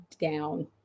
down